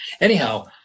Anyhow